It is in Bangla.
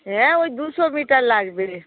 হ্যাঁ ওই দুশো মিটার লাগবে